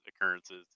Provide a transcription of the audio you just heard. occurrences